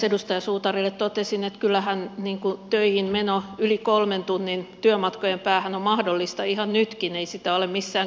edustaja suutarille toteaisin että kyllähän töihin meno yli kolmen tunnin työmatkojen päähän on mahdollista ihan nytkin ei sitä ole missään kielletty